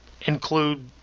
include